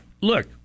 look